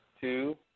two